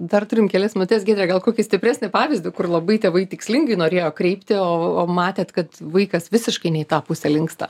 dar turim kelias minutes giedre gal kokį stipresnį pavyzdį kur labai tėvai tikslingai norėjo kreipti o o matėt kad vaikas visiškai ne į tą pusę linksta